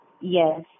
Yes